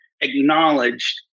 acknowledged